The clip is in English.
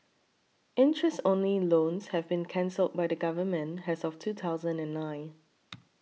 interest only loans have been cancelled by the Government as of two thousand and nine